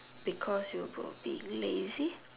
because you were being lazy